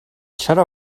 چرا